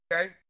okay